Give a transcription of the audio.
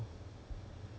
ya